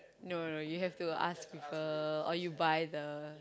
no no no you have to ask people or you buy the